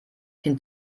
den